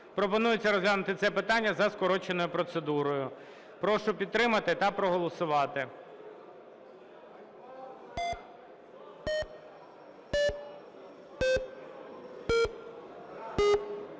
Пропонується розглянути це питання за скороченою процедурою. Прошу підтримати та проголосувати.